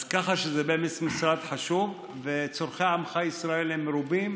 ככה שזה משרד חשוב, וצורכי עמך ישראל מרובים,